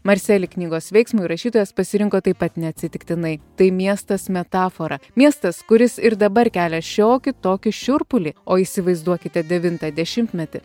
marselį knygos veiksmui rašytojas pasirinko taip pat neatsitiktinai tai miestas metafora miestas kuris ir dabar kelia šiokį tokį šiurpulį o įsivaizduokite devintą dešimtmetį